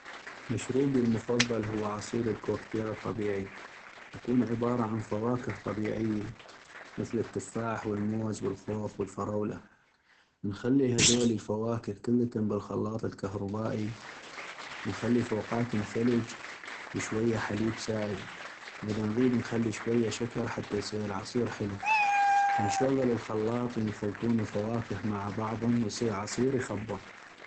مشروبي المفضل هو عصير الكوكتيل الطبيعي ، يكون عبارة عن فواكه طبيعي ، مثل التفاح والموز والخوخ والفراولة ، نخلي هذولي الفواكه كلتم بالخلاط الكهربائي ونخلي فوقاتم ثلج وشوية حليب سائل ، واذا نغيد نخلي شوية شكر حتى يصيغ العصير حلو ، نشغل الخلاط وينخلطون الفواكه مع بعضم ويصيغ عصير يخبل.